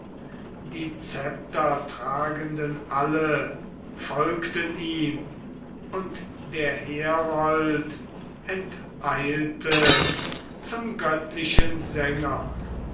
die zeptertragenden alle folgten ihm und der herold enteilte zum göttlichen sänger